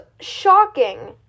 shocking